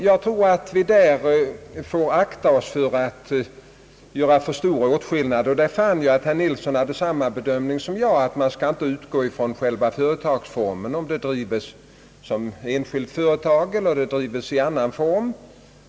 Jag tror att vi bör akta oss för att göra för stora åtskillnader därvidlag, och jag fann att herr Nilssons bedömning var densamma — det avgörande är inte själva företagsformen, alltså om jordbruket drives som enskilt företag eller i annan form.